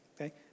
Okay